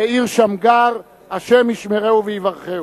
מאיר שמגר, השם ישמרנו ויברכהו.